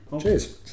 Cheers